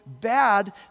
bad